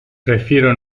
prefiero